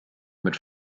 mit